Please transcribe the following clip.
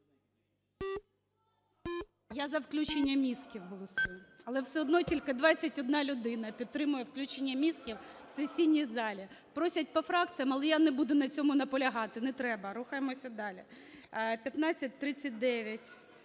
Я за включення мізків голосую. Але все одно тільки 21 людина підтримує включення мізків в сесійній залі. Просять по фракціям, але я не буду на цьому наполягати, не треба. Рухаємося далі. 1539.